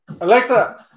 Alexa